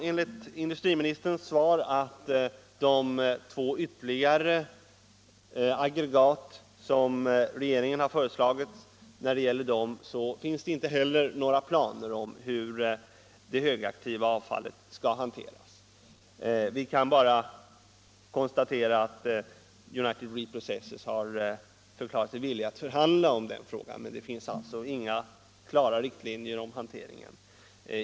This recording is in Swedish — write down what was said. Enligt industriministerns svar finns det inte heller beträffande de två ytterligare aggregat som regeringen har föreslagit några planer för hur det högaktiva avfallet skall hanteras. Vi kan bara konstatera att United Reprocessors har förklarat sig villiga att förhandla om den frågan, men det finns alltså inga klara riktlinjer för hanteringen.